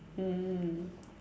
mm